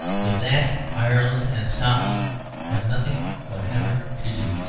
with that ireland and scotland have nothing whatever to do.